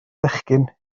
fechgyn